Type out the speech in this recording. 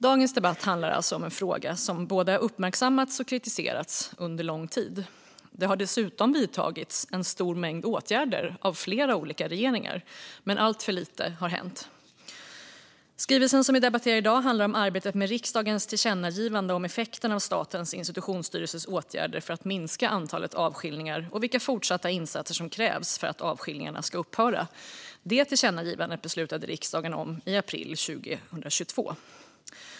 Dagens debatt handlar alltså om en fråga som har både uppmärksammats och kritiserats under lång tid. Det har dessutom vidtagits en stor mängd åtgärder av flera olika regeringar, men alltför lite har hänt. Skrivelsen som vi debatterar i dag handlar om arbetet med riksdagens tillkännagivande om effekten av Statens institutionsstyrelses åtgärder för att minska antalet avskiljningar och vilka fortsatta insatser som krävs för att avskiljningarna ska upphöra. Det tillkännagivandet beslutade riksdagen om i april 2022.